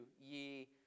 ye